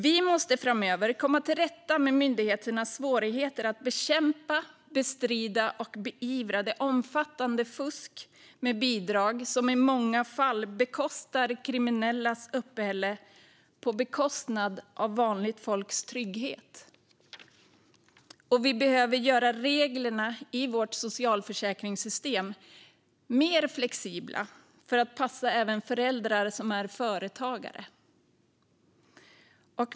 Vi måste framöver komma till rätta med myndigheternas svårigheter att bekämpa, bestrida och beivra det omfattande fusk med bidrag som i många fall bekostar kriminellas uppehälle på bekostnad av vanligt folks trygghet. Vi behöver göra reglerna i vårt socialförsäkringssystem mer flexibla för att passa även föräldrar som är företagare.